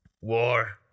War